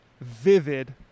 vivid